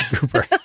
Goober